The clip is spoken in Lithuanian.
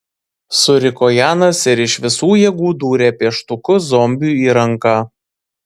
suriko janas ir iš visų jėgų dūrė pieštuku zombiui į ranką